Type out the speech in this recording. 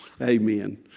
amen